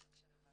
בבקשה יובל.